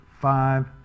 five